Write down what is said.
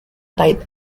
tied